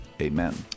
Amen